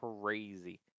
crazy